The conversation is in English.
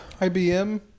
IBM